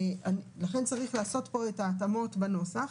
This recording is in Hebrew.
לכן צריך לעשות פה את ההתאמות בנוסח,